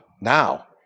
Now